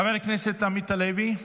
חבר הכנסת עמית הלוי,